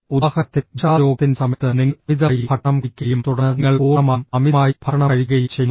ഉദാഹരണത്തിന് വിഷാദരോഗത്തിൻറെ സമയത്ത് നിങ്ങൾ അമിതമായി ഭക്ഷണം കഴിക്കുകയും തുടർന്ന് നിങ്ങൾ പൂർണ്ണമായും അമിതമായി ഭക്ഷണം കഴിക്കുകയും ചെയ്യുന്നു